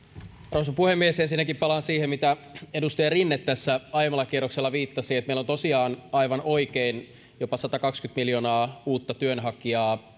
arvoisa puhemies ensinnäkin palaan siihen mitä edustaja rinne tässä aiemmalla kierroksella viittasi että meillä on tosiaan aivan oikein jopa satakaksikymmentä miljoonaa uutta työnhakijaa